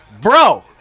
Bro